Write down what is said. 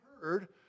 heard